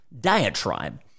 diatribe